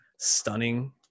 Stunning